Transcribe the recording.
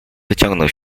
wyciągnął